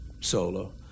solo